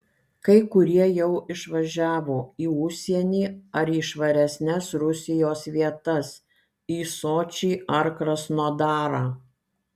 kai kurie jau išvažiavo į užsienį arba į švaresnes rusijos vietas į sočį ar krasnodarą